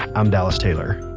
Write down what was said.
i'm dallas taylor.